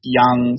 young